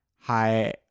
hi